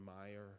admire